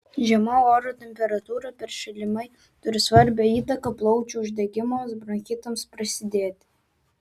žema oro temperatūra peršalimai turi svarbią įtaką plaučių uždegimams bronchitams prasidėti